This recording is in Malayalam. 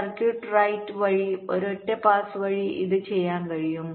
സർക്യൂട്ട് റൈറ്റ് വഴി ഒരൊറ്റ പാസ് വഴി ഇത് ചെയ്യാൻ കഴിയും